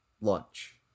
lunch